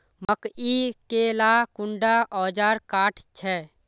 मकई के ला कुंडा ओजार काट छै?